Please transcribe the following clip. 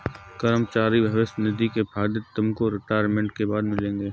कर्मचारी भविष्य निधि के फायदे तुमको रिटायरमेंट के बाद मिलेंगे